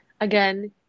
again